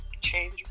change